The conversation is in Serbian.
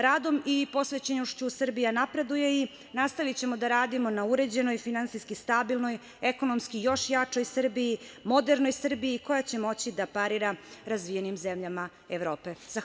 Radom i posvećenošću Srbija napreduje i nastavićemo da radimo na uređenoj, finansijski stabilnoj, ekonomski još jačoj Srbiji, modernoj Srbiji koja će moći da parira razvijenim zemljama Evrope.